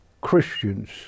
Christians